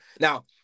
Now